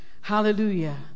Hallelujah